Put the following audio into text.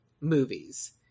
movies